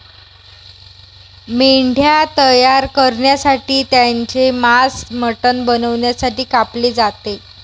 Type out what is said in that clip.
मेंढ्या तयार करण्यासाठी त्यांचे मांस मटण बनवण्यासाठी कापले जाते